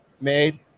made